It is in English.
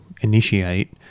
initiate